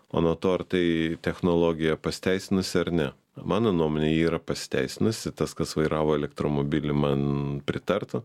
o nuo to ar tai technologija pasiteisinusi ar ne mano nuomone ji yra pasiteisinusi tas kas vairavo elektromobilį man pritartų